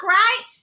right